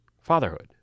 fatherhood